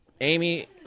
Amy